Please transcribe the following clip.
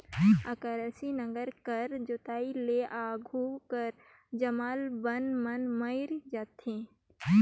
अकरासी नांगर कर जोताई ले आघु कर जामल बन मन मइर जाथे